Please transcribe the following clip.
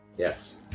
Yes